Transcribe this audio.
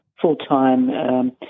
full-time